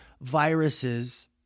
viruses